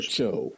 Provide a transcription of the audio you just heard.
Show